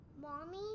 Mommy